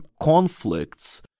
conflicts